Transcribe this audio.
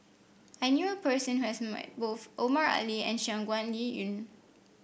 I knew a person who has met both Omar Ali and Shangguan Liuyun